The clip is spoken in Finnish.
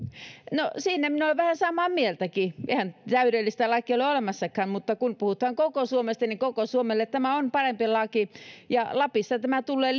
no siinä minä olen vähän samaa mieltäkin eihän täydellistä lakia ole olemassakaan mutta kun puhutaan koko suomesta niin koko suomelle tämä on parempi laki ja lapissa tämä tulee